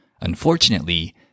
Unfortunately